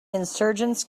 insurgents